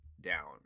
down